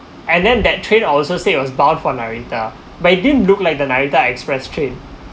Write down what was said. and then that train also say it was bound for narita but it didn't look like the narita express train